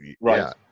right